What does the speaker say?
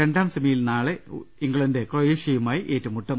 രണ്ടാം സെമി യിൽ നാളെ ഇംഗ്ലണ്ട് ക്രൊയേഷ്യയുമായി ഏറ്റുമുട്ടും